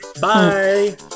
Bye